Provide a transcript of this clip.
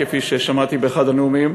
כפי ששמעתי באחד הנאומים,